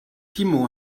timo